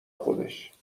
خودش